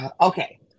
Okay